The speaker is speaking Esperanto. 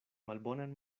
malbonan